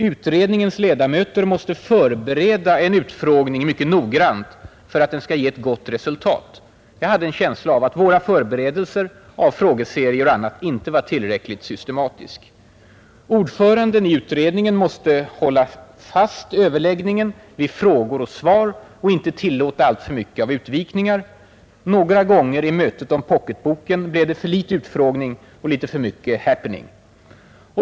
Utredningens ledamöter måste förbereda en utfrågning mycket noggrant för att den skall ge ett gott resultat; jag hade en känsla av att våra förberedelser av frågeserier och annat inte var tillräckligt systematiska. Ordföranden i utredningen måste hålla fast överläggningen vid frågor och svar och inte tillåta alltför mycket av utvikningar; några gånger i mötet om pocketboken blev det för litet utfrågning och litet för mycket happening.